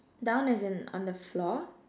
down as in on the floor